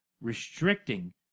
restricting